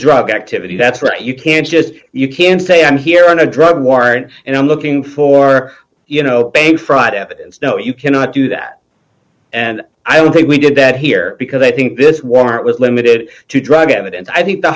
drug activity that's right you can't just you can say i'm here on a drug warrant and i'm looking for you know bank fraud evidence no you cannot do that and i don't think we did that here because i think this warrant was limited to drug habit and i think the